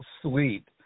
sweet